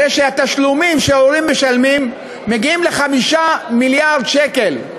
הרי שהתשלומים שההורים משלמים מגיעים ל-5 מיליארד שקל.